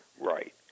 right